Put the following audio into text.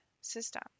system